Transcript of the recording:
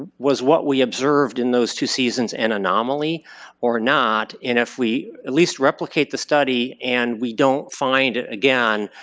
was what we observed in those two seasons an anomaly or not? and if we at least replicate the study and we don't find it again,